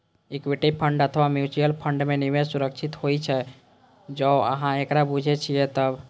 equity fund अथवा mutual fund मे निवेश सुरक्षित होइ छै, जौं अहां एकरा बूझे छियै तब